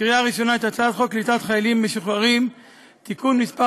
הצעת חוק קליטת חיילים משוחררים (תיקון מס'